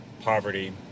poverty